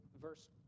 verse